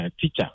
teacher